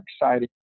exciting